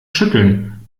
schütteln